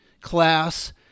class